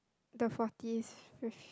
the forties fif~